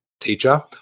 Teacher